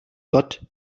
gott